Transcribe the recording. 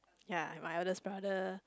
ya my eldest brother